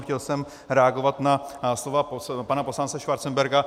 Chtěl jsem reagovat na slova pana poslance Schwarzenberga.